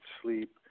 sleep